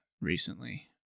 recently